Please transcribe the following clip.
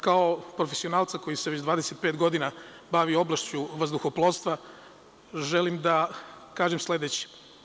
Kao profesionalac koji se već 25 godina bavi oblašću vazduhoplovstva, želim da kažem sledeće.